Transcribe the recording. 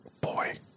Boy